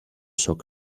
soccer